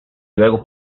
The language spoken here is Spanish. luego